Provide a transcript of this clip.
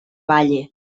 valle